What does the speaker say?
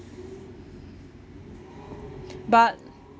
but